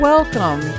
Welcome